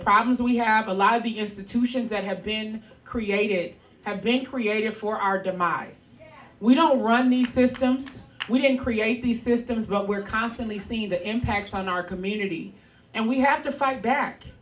problems we have a lot of the institutions that have been created have been created for our demise we don't run these systems we don't create these systems but we're constantly seeing the impacts on our community and we have to fight back